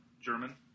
German